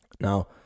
Now